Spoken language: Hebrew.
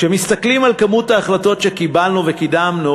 כשמסתכלים על כמות ההחלטות שקיבלנו וקידמנו